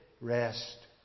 rest